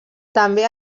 també